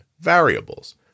Variables